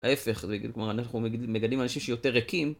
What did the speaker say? להפך, אנחנו מגדלים אנשים שיותר ריקים